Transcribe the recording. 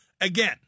again